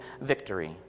victory